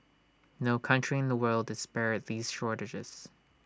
no country in the world is spared these shortages